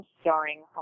starring